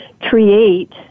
create